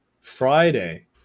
Friday